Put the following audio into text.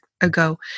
ago